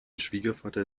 schwiegervater